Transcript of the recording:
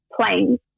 playing